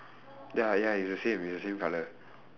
ya ya it's the same it's the same colour